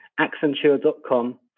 accenture.com